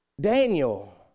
Daniel